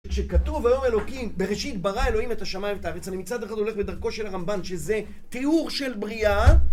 כשכתוב היום אלוקים, בראשית ברא אלוהים את השמיים ואת הארץ, אני מצד אחד הולך בדרכו של הרמבן, שזה תיאור של בריאה.